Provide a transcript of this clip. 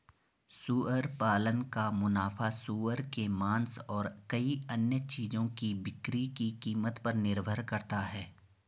सुअर पालन का मुनाफा सूअर के मांस और कई अन्य चीजों की बिक्री की कीमत पर निर्भर करता है